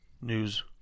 news